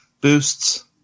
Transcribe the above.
boosts